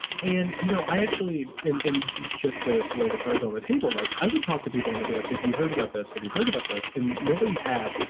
and, you know, i actually and just to to lay the cards on the table, like i would talk to people and to be like, if you heard about this. have you heard about this? and nobody had.